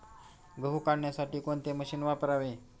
गहू काढण्यासाठी कोणते मशीन वापरावे?